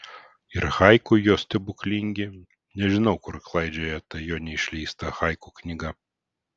ir haiku jo stebuklingi nežinau kur klaidžioja ta jo neišleista haiku knyga